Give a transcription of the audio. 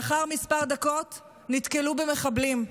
לאחר מספר דקות נתקלו במחבלים.